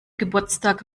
geburtstag